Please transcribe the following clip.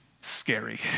scary